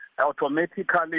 automatically